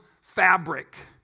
fabric